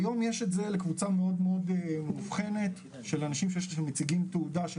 היום יש את זה לקבוצה מאוד מאוד מובחנת של אנשים שמציגים תעודה של